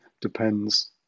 depends